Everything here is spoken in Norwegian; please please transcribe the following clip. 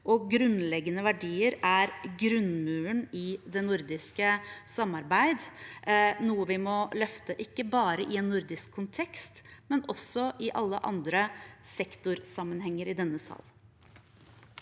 og grunnleggende verdier er grunnmuren i det nordiske samarbeidet, noe vi må løfte ikke bare i en nordisk kontekst, men også i alle andre sektorsammenhenger i denne salen.